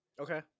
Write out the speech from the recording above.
Okay